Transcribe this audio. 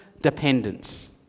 dependence